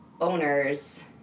owners